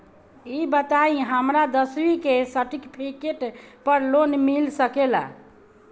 ई बताई हमरा दसवीं के सेर्टफिकेट पर लोन मिल सकेला?